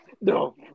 No